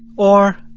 or,